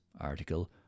article